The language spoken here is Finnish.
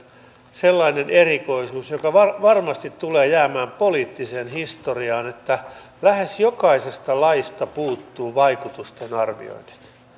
sellainen erikoisuus joka varmasti tulee jäämään poliittiseen historiaan että lähes jokaisesta laista puuttuu vaikutustenarvioinnit